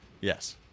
Yes